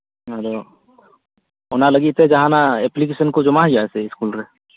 ᱟᱫᱚ ᱚᱱᱟ ᱞᱟᱹᱜᱤᱫᱛᱮ ᱡᱟᱸᱦᱟ ᱮᱯᱞᱤᱠᱮᱥᱚᱱ ᱠᱚ ᱡᱚᱢᱟ ᱦᱩᱭᱩᱜᱼᱟ ᱤᱥᱠᱩᱞ ᱨᱮ